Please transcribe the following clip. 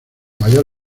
mayor